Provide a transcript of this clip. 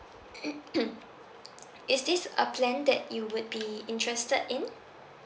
is this a plan that you would be interested in